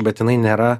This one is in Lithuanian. bet jinai nėra